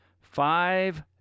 five